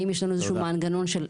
האם יש לנו איזשהו מנגנון של מעקב,